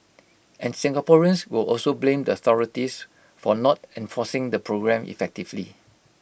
and Singaporeans will also blame the authorities for not enforcing the programme effectively